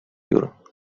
jur